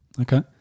Okay